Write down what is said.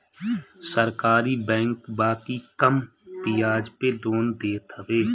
सरकारी बैंक बाकी कम बियाज पे लोन देत हवे